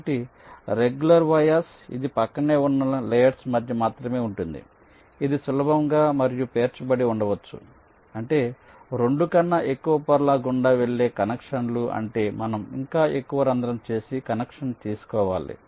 ఒకటి regular vias ఇది ప్రక్కనే ఉన్న లేయర్స్ మధ్య మాత్రమే ఉంటుంది ఇది సులభంగా మరియు పేర్చబడి ఉండవచ్చు అంటే 2 కన్నా ఎక్కువ పొరల గుండా వెళ్ళే కనెక్షన్లు అంటే మనం ఇంకా ఎక్కువ రంధ్రం చేసి కనెక్షన్ చేసుకోవాలి